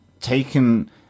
taken